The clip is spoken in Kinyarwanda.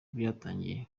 byatangiye